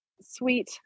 sweet